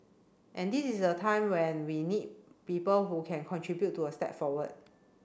and this is a time when we need people who can contribute to a step forward